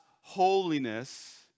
holiness